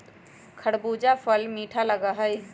खरबूजा फल मीठा लगा हई